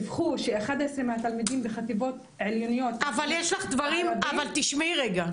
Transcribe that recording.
דיווחו ש-11 מהתלמידים בחטיבות --- אבל תשמעי רגע.